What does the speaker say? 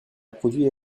produit